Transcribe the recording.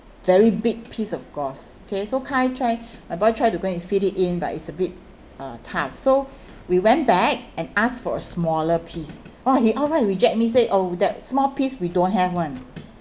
very big piece of gauze okay so kai try my boy try to go and fit it in but it's a bit uh tough so we went back and asked for a smaller piece !wah! he outright reject me say oh that small piece we don't have [one]